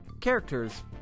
characters